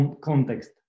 context